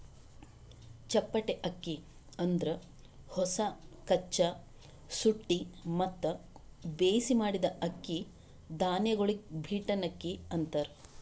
ಚಪ್ಪಟೆ ಅಕ್ಕಿ ಅಂದುರ್ ಹೊಸ, ಕಚ್ಚಾ, ಸುಟ್ಟಿ ಮತ್ತ ಬೇಯಿಸಿ ಮಾಡಿದ್ದ ಅಕ್ಕಿ ಧಾನ್ಯಗೊಳಿಗ್ ಬೀಟನ್ ಅಕ್ಕಿ ಅಂತಾರ್